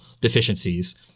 deficiencies